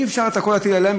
אי-אפשר את הכול להטיל עליהן,